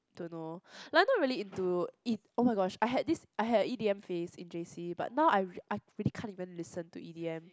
don't know like I'm not really into E oh-my-gosh I had this I had a E_D_M phase in J_C but now I I really can't even listen to E_D_M